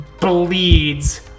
bleeds